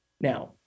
Now